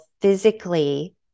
physically